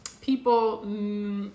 people